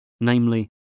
namely